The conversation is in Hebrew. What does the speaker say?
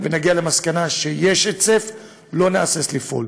אם נגיע למסקנה שיש היצף, לא נהסס לפעול.